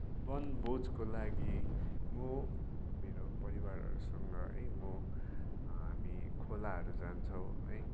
वनभोजको लागि म मेरो परिवारहरूसँग है म हामी खोलाहरू जान्छौँ है